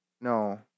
No